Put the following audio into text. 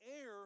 air